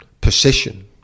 position